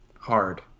hard